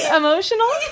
emotional